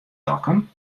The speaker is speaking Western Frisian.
dokkum